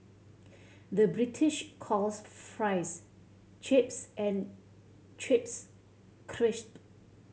the British calls fries chips and chips crisp